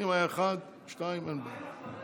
אם היה אחד, שניים, אין בעיה.